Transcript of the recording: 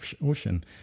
ocean